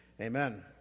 Amen